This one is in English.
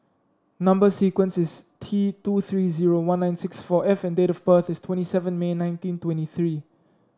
number sequence is T two three zero one nine six four F and date of birth is twenty seven May nineteen twenty three